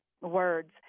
words